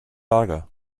lager